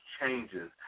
changes